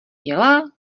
dělá